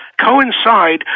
coincide